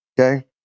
Okay